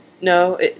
no